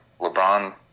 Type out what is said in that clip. LeBron